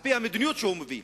על-פי המדיניות שהוא מוביל.